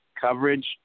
coverage